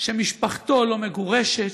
שמשפחתו לא מגורשת,